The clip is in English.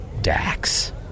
Dax